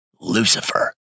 Lucifer